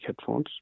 headphones